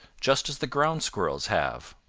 just as the ground squirrels have.